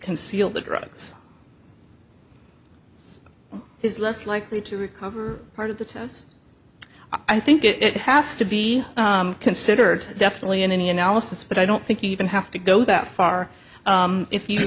conceal the drugs is less likely to recover part of the test i think it has to be considered definitely in any analysis but i don't think you even have to go that far if you